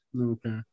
okay